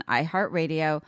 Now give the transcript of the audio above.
iHeartRadio